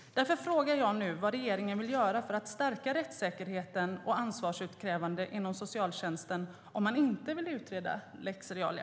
Därför frågar jag nu vad regeringen vill göra för att stärka rättssäkerheten och ansvarsutkrävandet inom socialtjänsten om man inte vill utreda lex Realia.